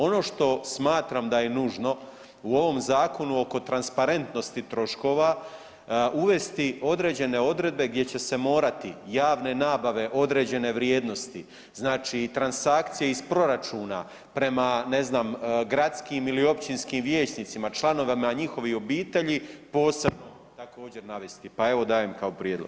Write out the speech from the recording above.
Ono što smatram da je nužno u ovom zakonu oko transparentnosti troškova uvesti određene odredbe gdje će se morati javne nabave određene vrijednosti, znači i transakcije iz proračuna prema, ne znam, gradskim ili općinskim vijećnicima, članovima njihovi obitelji, posebno također navesti, pa evo dajem kao prijedlog.